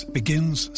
begins